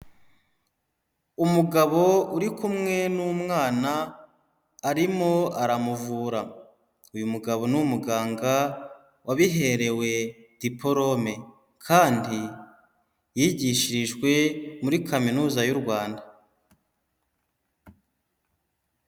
Umugabo uri kumwe n'umwana arimo aramuvura, uyu mugabo ni umuganga wabiherewe dipolome, kandi yigishirijwe muri kaminuza y'u Rwanda.